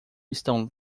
estão